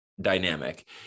dynamic